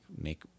make –